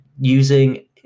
using